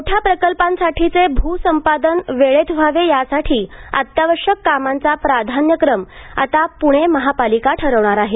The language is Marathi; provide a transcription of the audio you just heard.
मोठ्या प्रकल्पांसाठीचे भूसंपादन वेळेत व्हावे यासाठी अत्यावश्यक कामांचा प्राधान्यक्रम आता पुणे महापालिका ठरवणार आहे